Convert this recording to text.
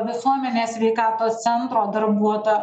visuomenės sveikatos centro darbuotojo